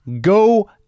Go